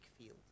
field